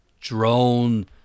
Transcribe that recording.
drone